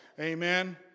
Amen